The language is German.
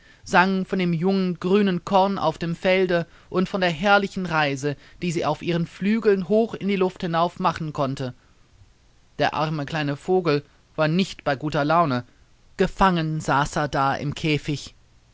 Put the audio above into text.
sang von dem jungen grünen korn auf dem felde und von der herrlichen reise die sie auf ihren flügeln hoch in die luft hinauf machen konnte der arme kleine vogel war nicht bei guter laune gefangen saß er da im käfig